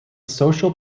social